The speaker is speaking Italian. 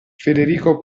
federico